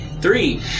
Three